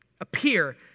appear